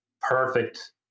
perfect